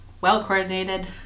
well-coordinated